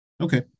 Okay